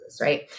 right